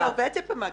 היא עובדת במקביל.